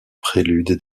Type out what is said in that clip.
prélude